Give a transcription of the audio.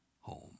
home